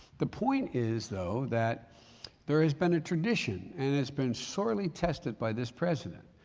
the point is though that there has been a tradition, and it's been sorely tested by this president,